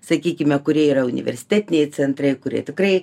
sakykime kurie yra universitetiniai centrai kurie tikrai